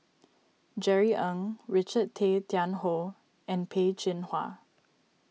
Jerry Ng Richard Tay Tian Hoe and Peh Chin Hua